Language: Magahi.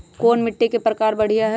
कोन मिट्टी के प्रकार बढ़िया हई?